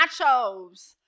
Nachos